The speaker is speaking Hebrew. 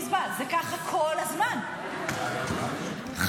אני מבינה שאת רוצה שכל תשומת הלב תהיה עלייך כל הזמן,